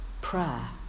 prayer